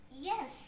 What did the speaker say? Yes